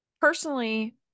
Personally